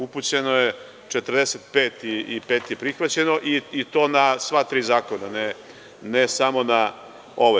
Upućeno je 45 i pet je prihvaćeno i to na sva tri zakona, ne samo na ovaj.